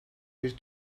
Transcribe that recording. bir